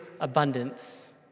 abundance